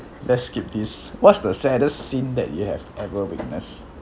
let's skip this what's the saddest scene that you have ever witnessed